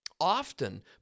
often